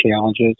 challenges